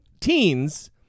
teens